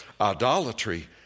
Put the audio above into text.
Idolatry